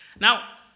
Now